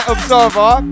Observer